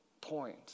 point